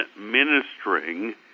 ministering